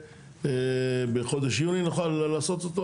שיהיה, בחודש יוני נוכל לעשות אותו.